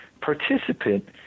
participant